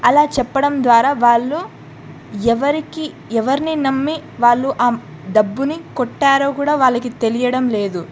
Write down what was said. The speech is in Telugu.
అలా చెప్పడం ద్వారా వాళ్ళు ఎవరికి ఎవరిని నమ్మి వాళ్ళు ఆ డబ్బుని కొట్టారో కూడా వాళ్ళకి తెలియడం లేదు